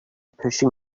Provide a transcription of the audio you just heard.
pushing